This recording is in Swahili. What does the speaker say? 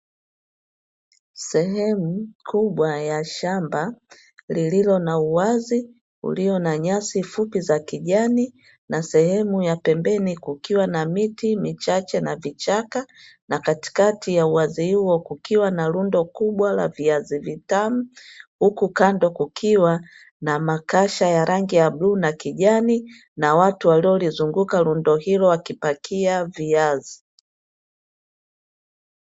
Sehemu kubwa ya shamba lililo na uwazi ulio na nyasi fupi za kijani na sehemu ya pembeni kukiwa na miti michache na vichaka, na katikati ya uwazi huo kukiwa na rundo kubwa la viazi vitamu huku kando kukiwa na makasha ya rangi ya bluu na kijani na watu waliolizunguka rundo hilo wakipakia viazi.